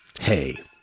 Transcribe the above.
hey